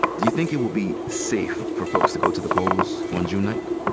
do you think it will be safe for folks to go to the polls on june ninth?